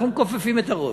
אנחנו מכופפים את הראש.